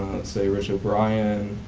say, rich o'brien.